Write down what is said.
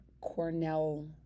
Cornell